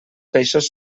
peixos